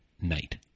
night